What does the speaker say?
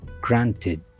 granted